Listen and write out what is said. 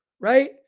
Right